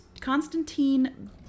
Constantine